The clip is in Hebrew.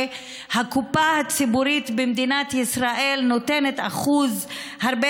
שהקופה הציבורית במדינת ישראל נותנת אחוז הרבה